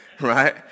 right